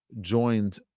joined